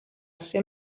ser